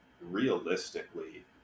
realistically